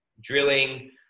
drilling